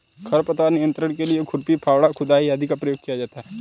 खरपतवार नियंत्रण के लिए खुरपी, फावड़ा, खुदाई आदि का प्रयोग किया जाता है